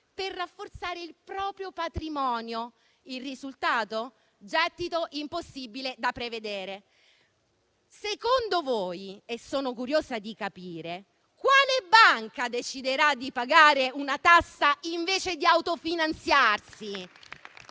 per rafforzare il proprio patrimonio. Il risultato? Gettito impossibile da prevedere. Secondo voi - sono curiosa di capire - quale banca deciderà di pagare una tassa invece di autofinanziarsi?